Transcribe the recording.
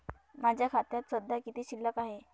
माझ्या खात्यात सध्या किती शिल्लक आहे?